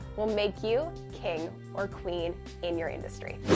will make you king or queen in your industry.